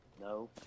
No